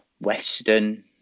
western